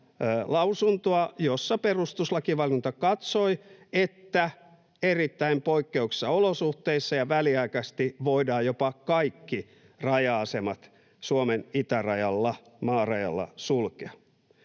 lausuntoa, jossa perustuslakivaliokunta katsoi, että erittäin poikkeuksellisissa olosuhteissa ja väliaikaisesti voidaan jopa kaikki raja-asemat Suomen itärajalla, maarajalla, sulkea.